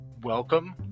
Welcome